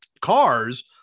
cars